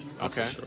Okay